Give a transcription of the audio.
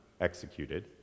executed